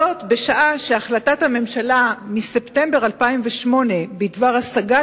זאת בשעה שהחלטת הממשלה מספטמבר 2008 בדבר השגת